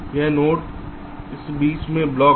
यह नोड यह बीच में ब्लॉक है